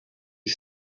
qui